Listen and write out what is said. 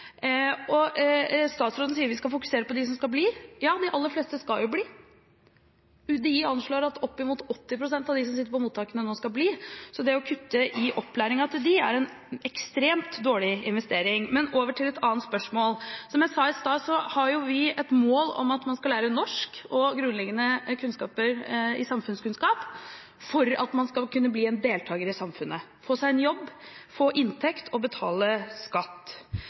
Statsråden sier at vi skal fokusere på dem som skal bli. Ja, de aller fleste skal jo bli. UDI anslår at opp mot 80 pst. av dem som sitter på mottakene nå, skal bli, så det å kutte i opplæringen til dem er en ekstremt dårlig investering. Men over til et annet spørsmål: Som jeg sa i stad, har vi et mål om at man skal lære norsk og få grunnleggende kunnskaper i samfunnskunnskap – dette for at man skal kunne bli en deltaker i samfunnet, få seg en jobb, få inntekt og betale skatt.